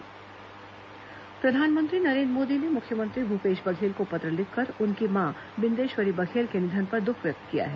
प्रधानमंत्री शोक प्रधानमंत्री नरेन्द्र मोदी ने मुख्यमंत्री भूपेश बघेल को पत्र लिखकर उनकी मां बिंदेश्वरी बघेल के निधन पर दुख व्यक्त किया है